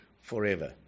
forever